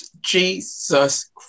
Jesus